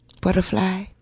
Butterfly